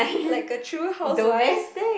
like a true housewife